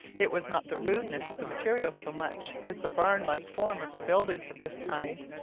it was not the rudeness of the material so much as the barn-like form of the buildings of this kind,